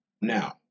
Now